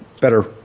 better